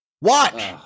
Watch